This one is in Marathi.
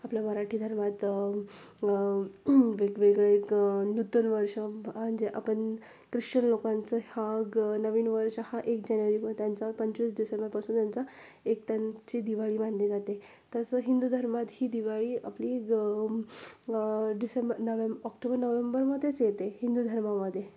आपल्या मराठी धर्मात वेगवेगळे एक नूतन वर्ष म्हणजे आपण ख्रिश्चन लोकांचं हा ग नवीन वर्ष हा एक जानेवारी त्यांचा पंचवीस डिसेंबरपासून त्यांचा एक त्यांची दिवाळी मानली जाते तसं हिंदू धर्मात ही दिवाळी आपली ग डिसेंबर नव्हें ऑक्टोबर नव्हेंबरमध्येच येते हिंदू धर्मामध्ये